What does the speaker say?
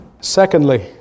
Secondly